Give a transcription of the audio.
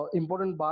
important